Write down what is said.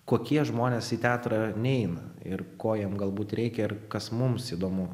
kokie žmonės į teatrą neina ir ko jiem galbūt reikia ir kas mums įdomu